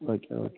okay okay